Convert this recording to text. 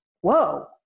whoa